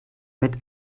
mit